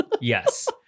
yes